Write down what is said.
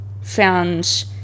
found